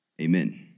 Amen